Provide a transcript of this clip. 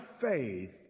faith